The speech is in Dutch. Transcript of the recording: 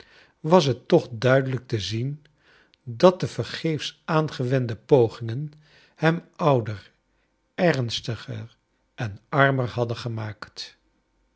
was het toch duidelijk te zien dat de vergeefs aangewende pogingen hem ouder ernstiger en armer hadden gemaakt